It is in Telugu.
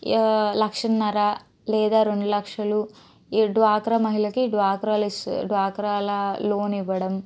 లక్షన్నర లేదా రెండు లక్షలు ఈ డ్వాక్రా మహిళకి డ్వాక్రాలో సి డ్వాక్రాల లోన్ ఇవ్వడం